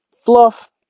fluff